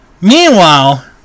Meanwhile